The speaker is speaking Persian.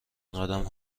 قدم